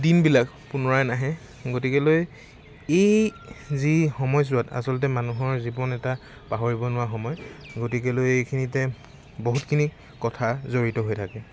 দিনবিলাক পোনৰাই নাহে গতিকেলৈ এই যি সময়ছোৱাত আচলতে মানুহৰ জীৱন এটা পাহৰিব নোৱাৰা সময় গতিকেলৈ এইখিনিতে বহুতখিনি কথা জড়িত হৈ থাকে